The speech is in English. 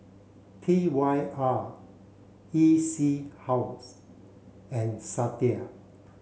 T Y R E C House and Sadia